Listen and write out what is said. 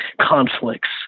conflicts